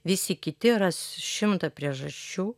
visi kiti ras šimtą priežasčių